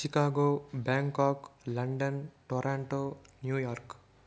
Chicago Bangkok London Toronto New York